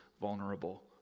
vulnerable